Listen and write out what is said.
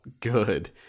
good